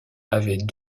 avait